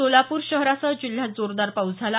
सोलापूर शहरासह जिल्ह्यात जोरदार पाऊस झाला